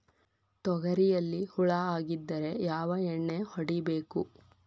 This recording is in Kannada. ತೊಗರಿಯಲ್ಲಿ ಹುಳ ಆಗಿದ್ದರೆ ಯಾವ ಎಣ್ಣೆ ಹೊಡಿಬೇಕು?